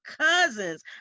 cousins